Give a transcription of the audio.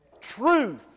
truth